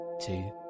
two